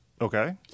Okay